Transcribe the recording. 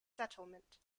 settlement